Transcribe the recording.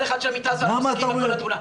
אחד של המתרס ואנחנו מסתכלים על כל התמונה.